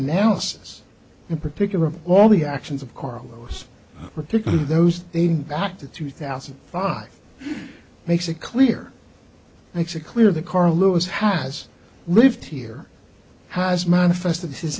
analysis in particular of all the actions of carlos particularly those in back to two thousand and five makes it clear makes it clear that carl lewis has lived here has manifested his